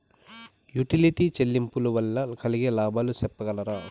Utility చెల్లింపులు వల్ల కలిగే లాభాలు సెప్పగలరా?